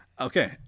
Okay